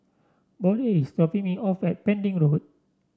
Bode is dropping me off at Pending Road